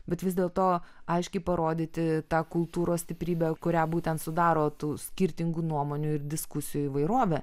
bet vis dėlto aiškiai parodyti tą kultūros stiprybę kurią būtent sudaro tų skirtingų nuomonių ir diskusijų įvairovė